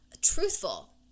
truthful